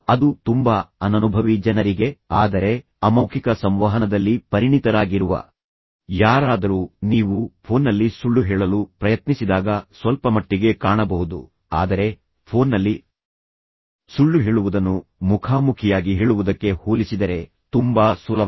ಅದು ತುಂಬಾ ಅನನುಭವಿ ಜನರಿಗೆ ಆದರೆ ಅಮೌಖಿಕ ಸಂವಹನದಲ್ಲಿ ಪರಿಣಿತರಾಗಿರುವ ಯಾರಾದರೂ ನೀವು ಫೋನ್ನಲ್ಲಿ ಸುಳ್ಳು ಹೇಳಲು ಪ್ರಯತ್ನಿಸಿದಾಗ ಸ್ವಲ್ಪಮಟ್ಟಿಗೆ ಕಾಣಬಹುದು ಆದರೆ ಫೋನ್ನಲ್ಲಿ ಸುಳ್ಳು ಹೇಳುವುದನ್ನು ಮುಖಾಮುಖಿಯಾಗಿ ಹೇಳುವುದಕ್ಕೆ ಹೋಲಿಸಿದರೆ ತುಂಬಾ ಸುಲಭ